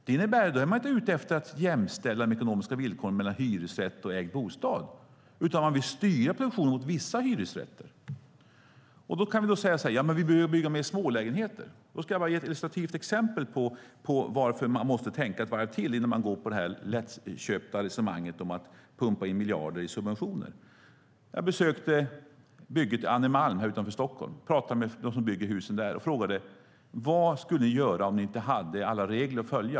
Det innebär att man inte är ute efter att jämställa de ekonomiska villkoren mellan hyresrätt och ägd bostad; man vill styra subventioner mot vissa hyresrätter. Vi kan säga att vi behöver bygga mer smålägenheter. Jag ska ge ett illustrativt exempel på varför man måste tänka ett varv till innan man går på det lättköpta resonemanget om att pumpa in miljarder i subventioner. Jag besökte bygget Annemalm utanför Stockholm och pratade med dem som bygger husen där. Jag frågade: Vad skulle ni göra om ni inte hade alla regler att följa?